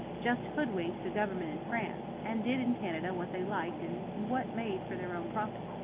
just hoodwinked the government in france, and did in canada what they liked and what made for their own profit.